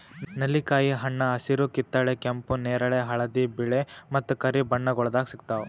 ನೆಲ್ಲಿಕಾಯಿ ಹಣ್ಣ ಹಸಿರು, ಕಿತ್ತಳೆ, ಕೆಂಪು, ನೇರಳೆ, ಹಳದಿ, ಬಿಳೆ ಮತ್ತ ಕರಿ ಬಣ್ಣಗೊಳ್ದಾಗ್ ಸಿಗ್ತಾವ್